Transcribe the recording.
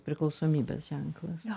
priklausomybės ženklas